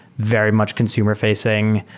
very much consumer-facing,